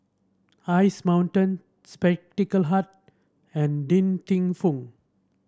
Ice Mountain Spectacle Hut and Din Fung